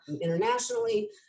internationally